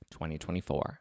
2024